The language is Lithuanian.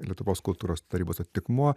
lietuvos kultūros tarybos atitikmuo